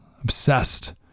obsessed